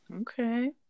okay